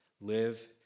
live